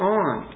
on